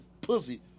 pussy